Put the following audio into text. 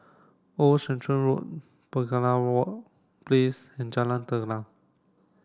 Old Sarum Road Penaga Walk Place and Jalan Telang